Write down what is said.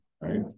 right